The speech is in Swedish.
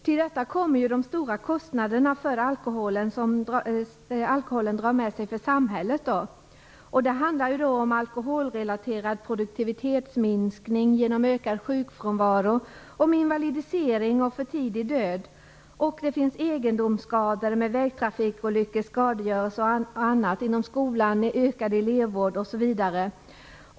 Till detta kommer de stora kostnaderna som alkoholen drar med sig för samhället. Det handlar om alkoholrelaterad produktivitetsminskning genom ökad sjukfrånvaro, invalidisering och för tidig död. Det blir egendomsskador, vägtrafikolyckor, skadegörelse och annat. Inom skolan blir det ökad elevvård osv.